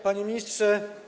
Panie Ministrze!